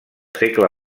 segle